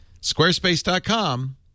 Squarespace.com